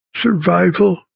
Survival